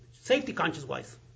safety-conscious-wise